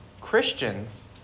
Christians